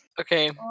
Okay